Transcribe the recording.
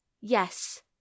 Yes